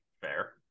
fair